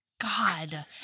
God